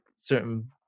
certain